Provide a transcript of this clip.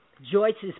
Joyce's